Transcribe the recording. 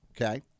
Okay